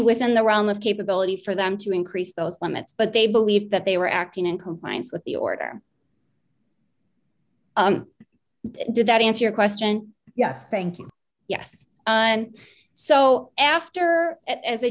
within the realm of capability for them to increase those limits but they believed that they were acting in compliance with the order did that answer your question yes thank you yes and so after as